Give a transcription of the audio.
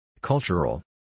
Cultural